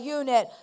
unit